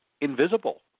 invisible